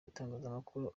itangazamakuru